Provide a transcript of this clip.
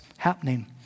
happening